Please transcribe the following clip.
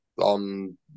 on